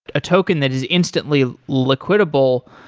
token that is instantly liquidable.